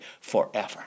forever